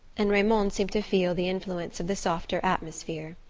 and raymond seemed to feel the influence of the softer atmosphere.